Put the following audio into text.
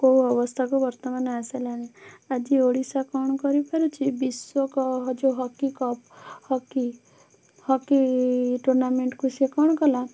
କେଉଁ ଅବସ୍ଥାକୁ ବର୍ତ୍ତମାନ ଆସିଲାଣି ଆଜି ଓଡ଼ିଶା କ'ଣ କରିପାରୁଛି ବିଶ୍ୱ ଯେଉଁ ହକି କପ୍ ହକି ହକି ଟୁର୍ଣ୍ଣାମେଣ୍ଟକୁ ସିଏ କ'ଣ କଲା